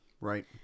Right